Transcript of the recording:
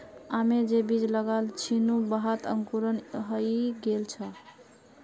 आमेर जे बीज लगाल छिनु वहात अंकुरण हइ गेल छ